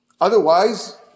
Otherwise